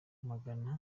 muganga